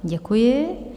Děkuji.